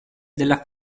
della